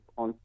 on